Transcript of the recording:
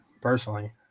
personally